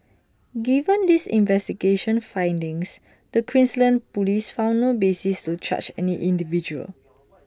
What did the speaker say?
given these investigation findings the Queensland Police found no basis to charge any individual